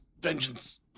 vengeance